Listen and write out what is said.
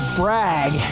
brag